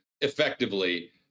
effectively